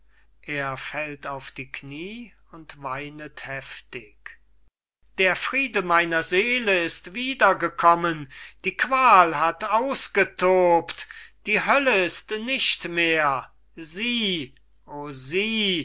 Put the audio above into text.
heftig der friede meiner seele ist wiedergekommen die qual hat ausgetobt die hölle ist nicht mehr sieh o sieh